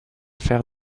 faire